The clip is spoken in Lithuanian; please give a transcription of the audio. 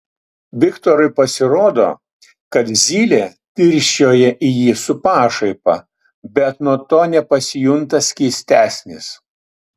viktorui pasirodo kad zylė dirsčioja į jį su pašaipa bet nuo to nepasijunta skystesnis